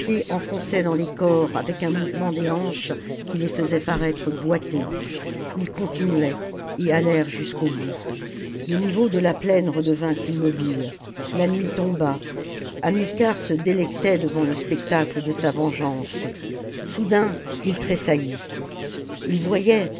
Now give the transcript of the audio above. enfonçaient dans les corps avec un mouvement des hanches qui les faisait paraître boiter ils continuaient et allèrent jusqu'au bout le niveau de la plaine redevint immobile la nuit tombi hamilcar se délectait devant le spectacle de sa vengeance soudain il tressaillit ii voyait